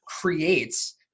creates